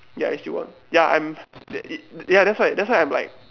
ya he still won I'm ya that's why that's why I'm like